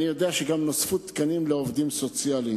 אני יודע שגם נוספו תקנים לעובדים סוציאליים.